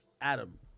Adam